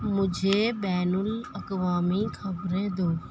مجھے بین الاقوامی خبریں دو